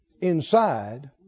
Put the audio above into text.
inside